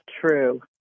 true